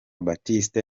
baptiste